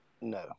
No